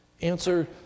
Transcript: Answer